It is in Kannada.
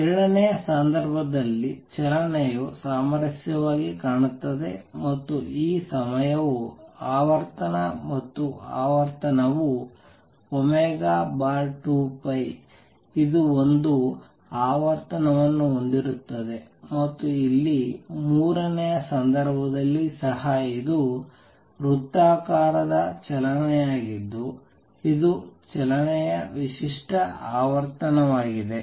ಎರಡನೆಯ ಸಂದರ್ಭದಲ್ಲಿ ಚಲನೆಯು ಸಾಮರಸ್ಯವಾಗಿ ಕಾಣುತ್ತದೆ ಮತ್ತು ಈ ಸಮಯವು ಆವರ್ತನ ಮತ್ತು ಆವರ್ತನವು ω 2π ಇದು ಒಂದು ಆವರ್ತನವನ್ನು ಹೊಂದಿರುತ್ತದೆ ಮತ್ತು ಇಲ್ಲಿ ಮೂರನೆಯ ಸಂದರ್ಭದಲ್ಲಿ ಸಹ ಇದು ವೃತ್ತಾಕಾರದ ಚಲನೆಯಾಗಿದ್ದು ಇದು ಚಲನೆಯ ವಿಶಿಷ್ಟ ಆವರ್ತನವಾಗಿದೆ